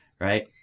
right